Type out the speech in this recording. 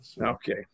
Okay